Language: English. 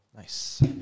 Nice